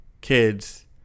kids